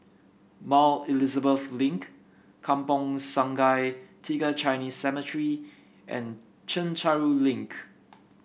Mount Elizabeth Link Kampong Sungai Tiga Chinese Cemetery and Chencharu Link